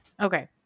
Okay